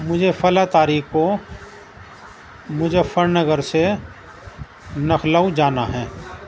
مجھے فلاں تاریخ کو مظفر نگر سے لکھنئو جانا ہے